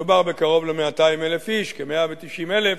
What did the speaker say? מדובר בקרוב ל-200,000 איש, כ-190,000,